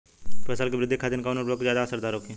फसल के वृद्धि खातिन कवन उर्वरक ज्यादा असरदार होखि?